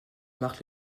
marque